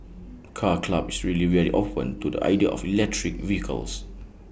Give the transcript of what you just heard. car club is really very open to the idea of electric vehicles